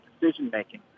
decision-making